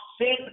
sin